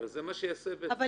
הרי זה מה שייעשה בפועל.